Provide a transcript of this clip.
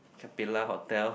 Capella hotel